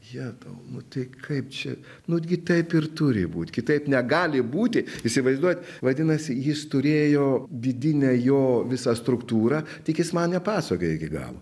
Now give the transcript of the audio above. jetau nu tai kaip čia nutgi taip ir turi būt kitaip negali būti įsivaizduojat vadinasi jis turėjo vidinę jo visą struktūrą tik jis man nepasakojo iki galo